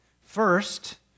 First